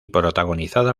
protagonizada